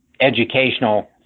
educational